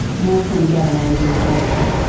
more from gavin andrews later.